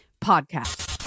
Podcast